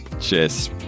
Cheers